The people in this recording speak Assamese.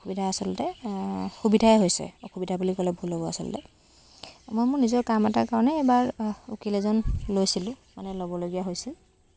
অসুবিধা আচলতে সুবিধাই হৈছে অসুবিধা বুলি ক'লে ভুল হ'ব আচলতে এবাৰ মোৰ কাম এটাৰ কাৰণে এবাৰ উকিল এজন লৈছিলোঁ মানে ল'বলগীয়া হৈছিল